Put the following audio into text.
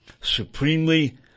Supremely